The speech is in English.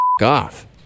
off